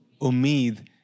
Umid